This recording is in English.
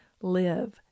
live